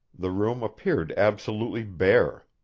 the room appeared absolutely bare.